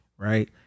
right